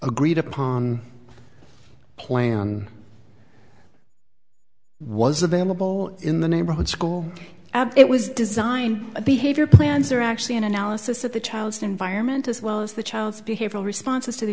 agreed upon plan was available in the neighborhood school it was designed a behavior plans are actually an analysis of the child's environment as well as the child's behavioral responses to the